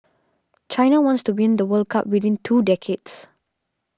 China wants to win the World Cup within two decades